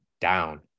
down